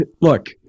Look